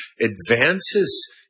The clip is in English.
advances